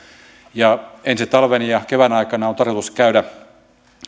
ja ensi talven ja kevään aikana on tarkoitus käydä